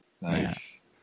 Nice